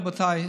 רבותיי,